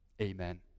Amen